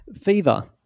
Fever